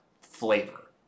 flavor